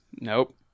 Nope